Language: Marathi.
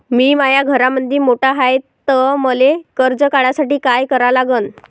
मी माया घरामंदी मोठा हाय त मले कर्ज काढासाठी काय करा लागन?